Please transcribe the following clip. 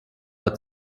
but